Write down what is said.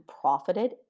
profited